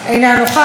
אינה נוכחת,